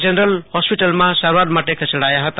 general હોસ્પિટલમાં સારવાર માટે ખસેડાયા હતા